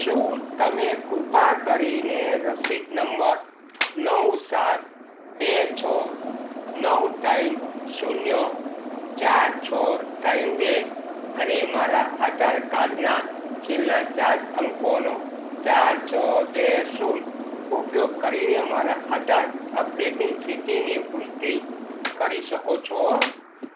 શું તમે કૃપા કરીને રસીદ નંબર નવ સાત બે છો નવ ત્રણ શૂન્ય ચાર છ ત્રણ બે અને મારા આધાર કાર્ડના છેલ્લા ચાર અંકોનો ચાર છ બે શૂન્ય ઉપયોગ કરીને મારા આધાર અપડેટની સ્થિતિની પુષ્ટિ કરી શકો છો